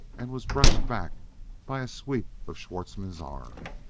and was brushed back by a sweep of schwartzmann's arm.